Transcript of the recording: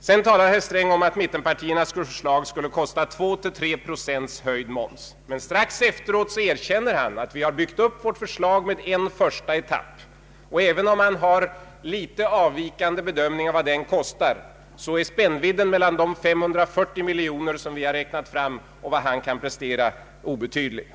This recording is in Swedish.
Herr Sträng anförde vidare att mittpartiernas förslag skulle kosta 2 å 3 procent i höjd moms. Strax efteråt erkände han att vi har byggt upp vårt förslag med en första etapp. även om han har litet avvikande bedömning av vad denna kostar är spännvidden mellan de 540 miljoner kronor som vi har räknat fram och det belopp han kan komma fram till obetydligt.